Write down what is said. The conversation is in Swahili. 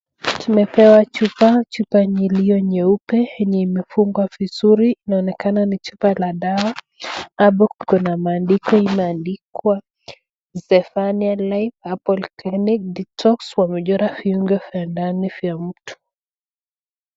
Tumepewa chupa, chupa yenye iliyo nyeupe yenye imefungwa vizuri inaonekana ni chupa la dawa, hapo kuna maandiko imeandikwa Zephania Life HERBAL CLINIC DETOX , wamechora viuongo vya ndani vya mtu.